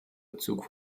bezug